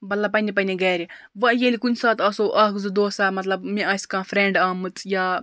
مطلب پَنٛنہِ پَنٛنہِ گَرِ وۄنۍ ییٚلہِ کُنہِ ساتہٕ آسو اکھ زٕ دوسا مطلب مےٚ آسہِ کانٛہہ فریٚنڈ آمٕژ یا